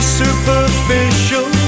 superficial